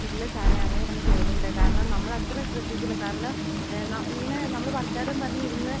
ഇല്ല സാറേ അങ്ങനെയൊന്നും തോന്നിയില്ല കാരണം നമ്മൾ അത്ര ശ്രദ്ധിച്ചില്ല കാരണം ന ഇങ്ങനെ നമ്മൾ വർത്തമാനം പറഞ്ഞ് ഇരുന്ന്